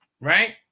right